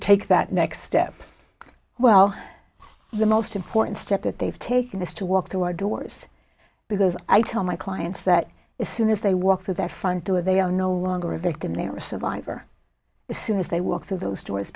take that next step well the most important step that they've taken this to walk through our doors because i tell my clients that is soon as they walk through that front door they are no longer a victim they are a survivor as soon as they walk through those doors